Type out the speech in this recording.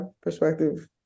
perspective